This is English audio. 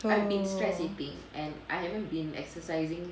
oh